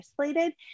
isolated